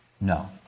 no